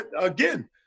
again